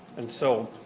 and so,